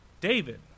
David